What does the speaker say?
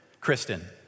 Kristen